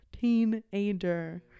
teenager